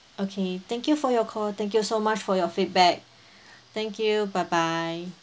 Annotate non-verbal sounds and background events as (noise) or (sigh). okay thank you for your call thank you so much for your feedback (breath) thank you bye bye